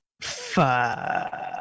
fuck